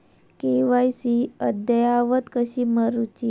KYC अद्ययावत कशी करुची?